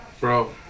Bro